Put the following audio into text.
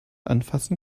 anfassen